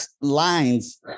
lines